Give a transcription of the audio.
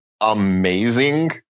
amazing